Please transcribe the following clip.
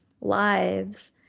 lives